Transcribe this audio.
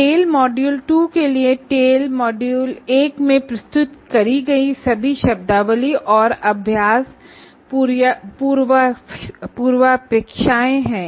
tell module 2 के लिए टेल मॉड्यूल 1 में प्रस्तुत करी गई सभी शब्दावली तथा अभ्यास पूर्वापेक्षाएँ हैं